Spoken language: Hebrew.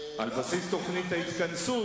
על בסיס תוכנית ההתכנסות,